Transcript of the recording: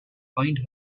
find